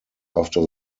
after